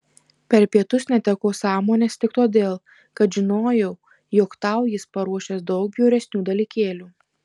per pietus netekau sąmonės tik todėl kad žinojau jog tau jis paruošęs daug bjauresnių dalykėlių